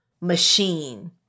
machine